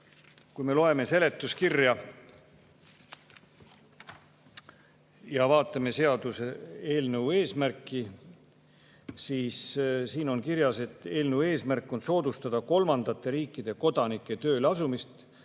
Kui me loeme seletuskirja ja vaatame seaduseelnõu eesmärki, siis näeme, et siin on kirjas, et eelnõu eesmärk on soodustada kolmandate riikide kodanike tööleasumist